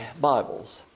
Bibles